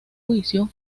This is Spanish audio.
juicio